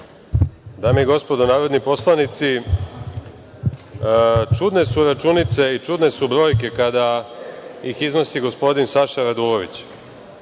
Dame i gospodo narodni poslanici, čudne su računice i čudne su brojke kada ih iznosi gospodin Saša Radulović. Pitam